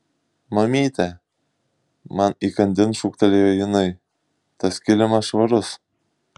mamyte man įkandin šūktelėjo jinai tas kilimas švarus